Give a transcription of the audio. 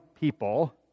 people